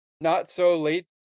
not-so-late